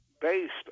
based